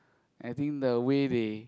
I think the way they